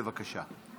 בבקשה.